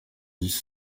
dix